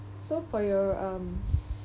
so for your um